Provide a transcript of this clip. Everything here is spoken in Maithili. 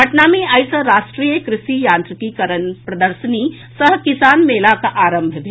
पटना मे आई सँ राष्ट्रीय कृषि यात्रिकीकरण प्रदर्शनी सह किसान मेला आरंभ भेल